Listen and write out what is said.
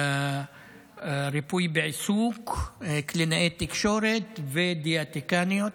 ריפוי בעיסוק, קלינאי תקשורת ודיאטניות.